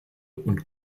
und